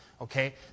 Okay